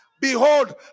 behold